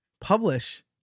publish